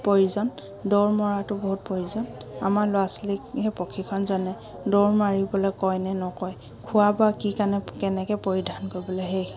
প্ৰয়োজন দৌৰ মৰাটো বহুত প্ৰয়োজন আমাৰ ল'ৰা ছোৱালীক সেই প্ৰশিক্ষকজনে দৌৰ মাৰিবলৈ কয়নে নকয় খোৱা বোৱা কি কাৰণে কেনেকৈ পৰিধান কৰিবলৈ সেই